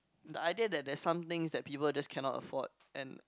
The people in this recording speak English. the idea that that somethings that people just cannot afford and